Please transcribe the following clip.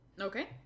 Okay